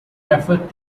referred